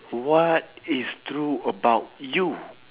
what is true about you